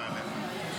כן.